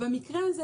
במקרה הזה,